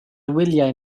wyliau